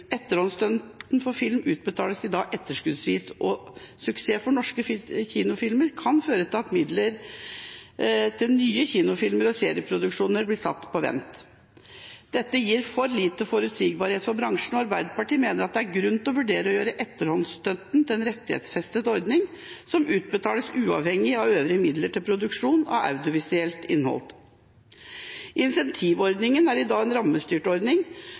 Etterhåndsstøtten for film utbetales i dag etterskuddsvis, og suksess for norske kinofilmer kan føre til at midler til nye kinofilmer og serieproduksjoner blir satt på vent. Dette gir for lite forutsigbarhet for bransjen, og Arbeiderpartiet mener det er grunn til å vurdere å gjøre etterhåndsstøtten til en rettighetsfestet ordning som utbetales uavhengig av øvrige midler til produksjon av audiovisuelt innhold. Incentivordningen er i dag en rammestyrt ordning,